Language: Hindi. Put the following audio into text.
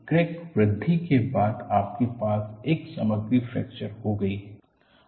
क्रैक वृद्धि के बाद आपके पास यह सामग्री फ्रैक्चर हो गई है